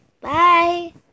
Bye